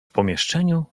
pomieszczeniu